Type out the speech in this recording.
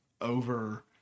over